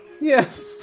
Yes